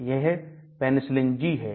यह Penicillin G है